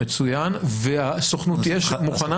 והסוכנות מוכנה?